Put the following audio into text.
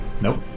Nope